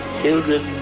children